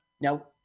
Now